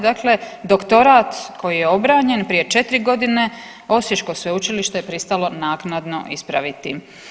Dakle, doktorat koji je obranjen prije 4 godine, osječko sveučilište je pristalo naknado ispraviti.